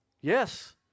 Yes